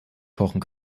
kochen